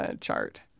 chart